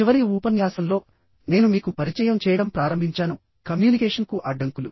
చివరి ఉపన్యాసం లోనేను మీకు పరిచయం చేయడం ప్రారంభించాను కమ్యూనికేషన్కు అడ్డంకులు